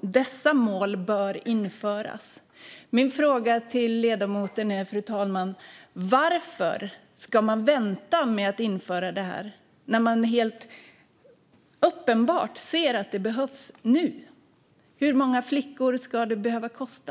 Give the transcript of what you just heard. dessa mål bör införas". Fru talman! Min fråga till ledamoten är varför man ska vänta med att införa det här när man ser att det helt uppenbart behövs nu. Hur många flickors liv ska det behöva kosta?